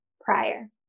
prior